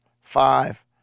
five